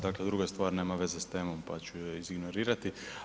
Dakle, druga stvar nema veze s temom pa ću je izignorirati.